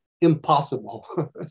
Impossible